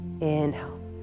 Inhale